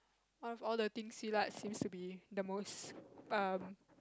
out of all the thing Silat seems to be the most um